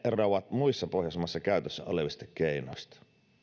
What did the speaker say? eroavat muissa pohjoismaissa käytössä olevista keinoista